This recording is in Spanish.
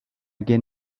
quien